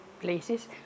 places